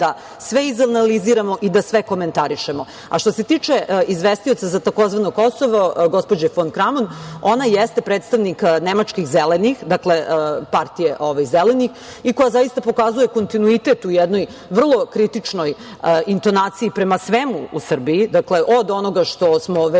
da sve izanaliziramo i da sve komentarišemo. Što se tiče izvestioca za tzv. Kosovo gospođe Fon Kramon, ona jeste predstavnik nemačkih Zelenih, dakle, partije Zelenih, i koja zaista pokazuje kontinuitet u jednoj vrlo kritičnoj intonaciji prema svemu u Srbiji, dakle, od onoga što smo već